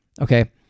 Okay